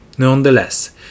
Nonetheless